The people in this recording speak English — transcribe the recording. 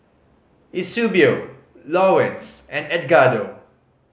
Eusebio Lawerence and Edgardo